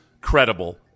credible